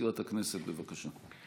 מזכירת הכנסת, בבקשה.